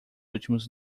últimos